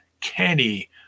Kenny